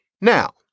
Now